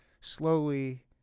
slowly